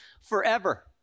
forever